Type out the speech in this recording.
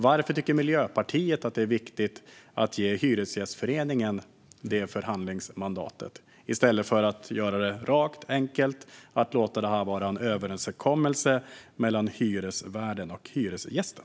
Varför tycker Miljöpartiet att det är viktigt att ge Hyresgästföreningen det förhandlingsmandatet i stället för att göra detta rakt och enkelt, det vill säga låta det vara en överenskommelse mellan hyresvärden och hyresgästen?